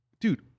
Dude